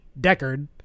Deckard